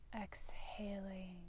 Exhaling